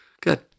Good